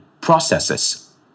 processes